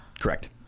Correct